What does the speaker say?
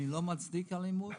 אני לא מצדיק אלימות,